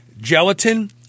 gelatin